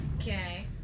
Okay